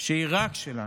שהיא רק שלנו.